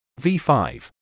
V5